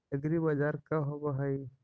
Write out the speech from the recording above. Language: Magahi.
एग्रीबाजार का होव हइ?